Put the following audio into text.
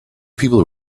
people